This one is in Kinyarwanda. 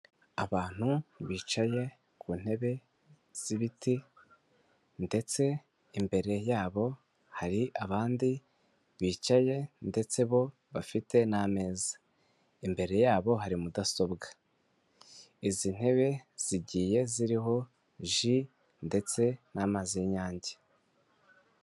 Abantu bicaye ku ntebe z'ibiti ndetse imbere yabo hari abandi bicaye ndetse bo bafite n'ameza. Imbere yabo hari mudasobwa, izi ntebe zigiye ziriho ji ndetse n'amazi y'inyange.